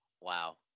Wow